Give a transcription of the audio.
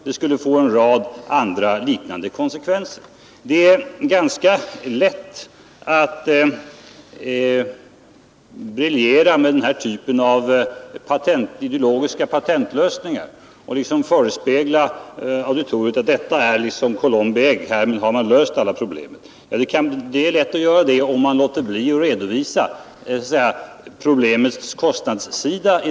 Det är ganska lätt att briljera med denna typ av ideologiska patentlösningar, att förespegla auditoriet sådana som ett slags Columbi ägg, varigenom man har löst alla problem. Det är lätt att göra det, om man underlåter att redovisa frågans kostnadssida.